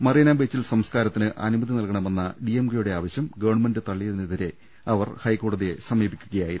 മറീന ബീച്ചിൽ സംസ്കാരത്തിന് അനു മതി നൽകണമെന്ന ഡി എം കെയുടെ ആവശ്യം ഗവൺമെന്റ് തള്ളിയതി നെതിരെ അവർ ഹൈക്കോടതിയെ സമീപിക്കുകയായിരുന്നു